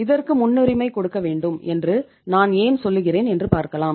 இதற்கு முன்னுரிமை கொடுக்க வேண்டும் என்று நான் ஏன் சொல்லுகிறேன் என்று பார்க்கலாம்